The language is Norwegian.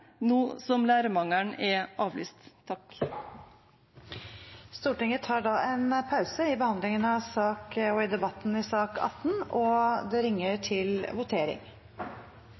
nå som lærermangelen er avlyst. Stortinget tar da en pause i debatten i sak nr. 18, og det ringes til votering.